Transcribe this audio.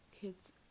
kids